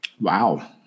Wow